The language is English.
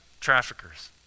Traffickers